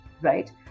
Right